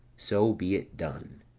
so be it done.